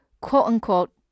quote-unquote